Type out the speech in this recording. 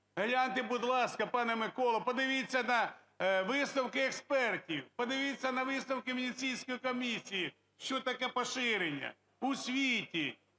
Гляньте, будь ласка, пане Миколо, подивіться на висновки експертів, подивіться на висновки Венеційської комісії, що таке поширення у світі.